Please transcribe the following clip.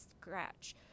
scratch